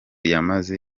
yamaze